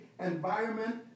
environment